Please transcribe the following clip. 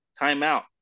timeout